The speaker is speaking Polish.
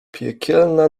piekielna